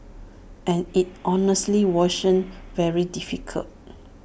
and IT honestly washon very difficult